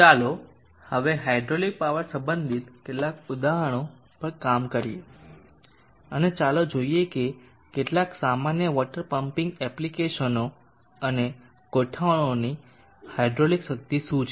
ચાલો હવે hydraulic power સંબંધિત કેટલાક ઉદાહરણો પર કામ કરીએ અને ચાલો જોઈએ કે કેટલાક સામાન્ય વોટર પમ્પિંગ એપ્લિકેશનો અને ગોઠવણોની હાઇડ્રોલિક શક્તિ શું છે